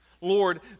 Lord